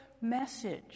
Message